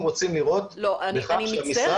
רוצים לראות בכך שהמשרד יסתער --- לא,